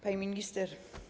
Pani Minister!